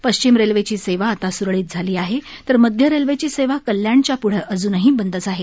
पश्चिम रेल्वेची सेवा आता स्रळीत झाली आहे तर मध्य रेल्वेची सेवा कल्याणच्या प्रढं अजूनही बंदच आहे